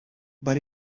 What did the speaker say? but